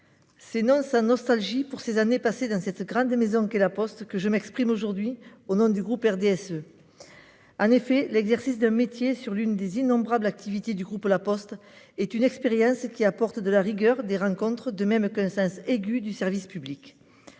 n'est pas sans nostalgie pour les années que j'ai passées au sein de cette grande maison qu'est La Poste que je m'exprime aujourd'hui au nom du groupe RDSE. L'exercice d'un métier dans l'une des innombrables activités du groupe La Poste est une expérience qui apporte de la rigueur, fait naître des rencontres et procure un sens aigu du service public.